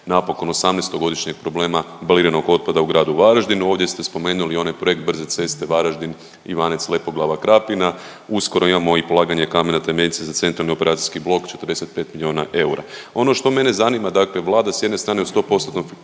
napokon 18 godišnjeg problema baliranog otpada u gradu Varaždinu. Ovdje ste spomenuli onaj projekt brze ceste Varaždin – Ivanec – Lepoglava – Krapina. Uskoro imamo i polaganje kamena temeljca za centralni operacijski blok 45 milijona eura. Ono što mene zanima, dakle Vlada sa jedne strane u sto